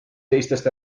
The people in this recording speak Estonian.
teistest